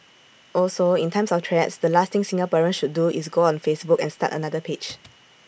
also in times of threats the last thing Singaporeans should do is go on Facebook and start another page